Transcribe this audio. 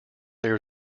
there